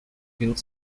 built